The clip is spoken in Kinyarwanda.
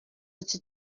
ati